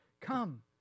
Come